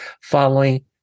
following